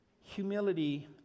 humility